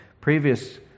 previous